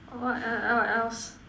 what e~ e~ el~ else